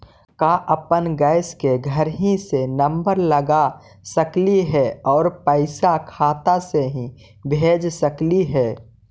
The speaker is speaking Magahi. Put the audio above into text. का अपन गैस के घरही से नम्बर लगा सकली हे और पैसा खाता से ही भेज सकली हे?